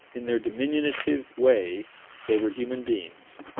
in their diminutive way they were human beings.